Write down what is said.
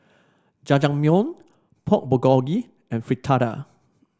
Jajangmyeon Pork Bulgogi and Fritada